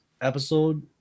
episode